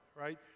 right